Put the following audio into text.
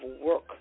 work